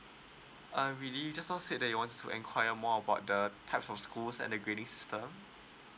uh really just now said that you want to inquire more about the types of schools and the grading system